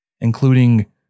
including